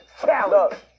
Challenge